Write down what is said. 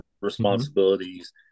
responsibilities